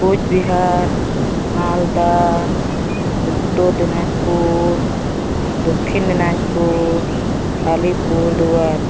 Cooch Behar Malda Uttar Dinajpur Dakshin Dinajpur Alipurduar